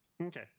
Okay